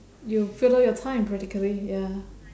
you fill up your time practically ya